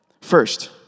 First